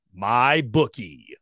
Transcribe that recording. MyBookie